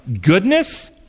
goodness